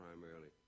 primarily